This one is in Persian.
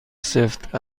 سفت